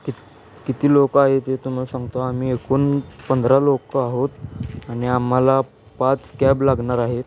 कित किती लोकं आहे ते तुम्हाला सांगतो आम्ही एकूण पंधरा लोकं आहोत आणि आम्हाला पाच कॅब लागणार आहेत